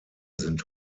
sind